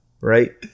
right